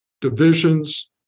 divisions